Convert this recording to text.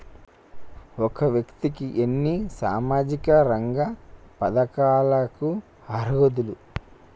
ఒక వ్యక్తి ఎన్ని సామాజిక రంగ పథకాలకు అర్హులు?